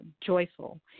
joyful